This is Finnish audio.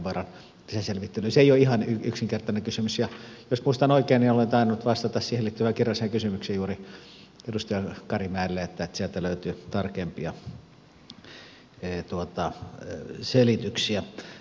se ei ole ihan yksinkertainen kysymys ja jos muistan oikein niin olen tainnut vastata siihen liittyvään kirjalliseen kysymykseen juuri edustaja karimäelle joten sieltä löytyy tarkempia selityksiä